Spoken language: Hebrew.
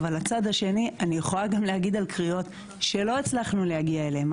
אבל לצד השני אני יכולה גם להגיד על קריאות שלא הצלחנו להגיע אליהם.